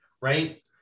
Right